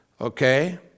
Okay